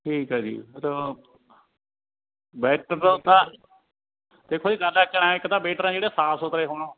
ਠੀਕ ਹੈ ਜੀ ਮਤਲਬ ਦੇਖੋ ਜੀ ਗੱਲ ਐਕਣਾ ਇੱਕ ਤਾਂ ਵੇਟਰ ਜਿਹੜੇ ਸਾਫ ਸੁਥਰੇ ਹੋਣ